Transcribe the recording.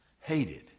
Hated